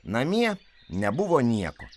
namie nebuvo nieko